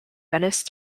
venice